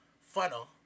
funnel